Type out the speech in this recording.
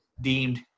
deemed